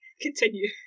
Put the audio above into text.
continue